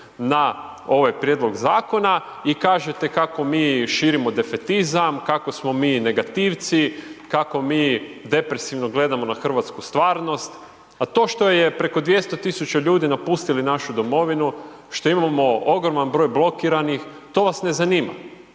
na ovaj prijedlog zakona i kažete kako mi širimo defetizam, kako smo mi negativci, kako mi depresivno gledamo na hrvatsku stvarnost. A to što je preko 200 tisuća ljudi napustili našu Domovinu, što imamo ogroman broj blokiranih, to vas ne zanima.